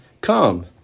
Come